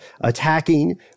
attacking